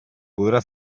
podrà